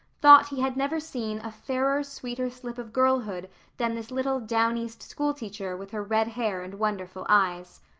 thought he had never seen a fairer, sweeter slip of girlhood than this little down east schoolteacher with her red hair and wonderful eyes.